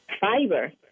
fiber